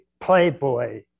playboy